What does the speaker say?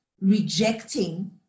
rejecting